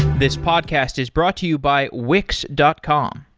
this podcast is brought to you by wix dot com.